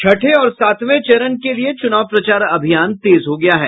छठे और सांतवे चरण के लिए चुनाव प्रचार अभियान तेज हो गया है